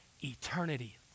eternity